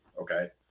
Okay